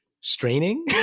straining